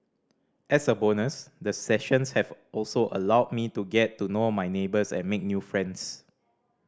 as a bonus the sessions have also allowed me to get to know my neighbours and make new friends